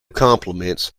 compliments